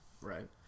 Right